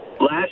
last